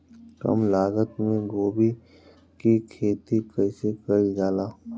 कम लागत मे गोभी की खेती कइसे कइल जाला?